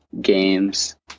games